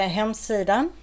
hemsidan